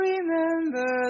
Remember